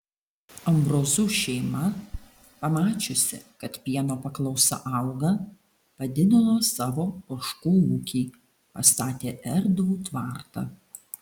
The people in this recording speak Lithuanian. ambrozų šeima pamačiusi kad pieno paklausa auga padidino savo ožkų ūkį pastatė erdvų tvartą